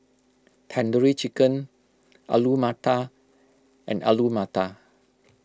Tandoori Chicken Alu Matar and Alu Matar